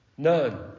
None